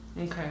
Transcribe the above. Okay